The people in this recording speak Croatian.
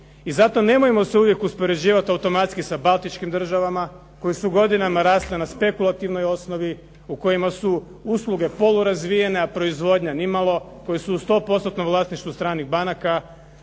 I zato nemojmo se uvijek uspoređivati automatski sa baltičkim državama koje su godinama rasle na spekulativnoj osnovi, u kojima su usluge polurazvijene a proizvodnja nimalo, koji su u stopostotnom vlasništvu stranih banaka.